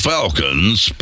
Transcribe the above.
Falcons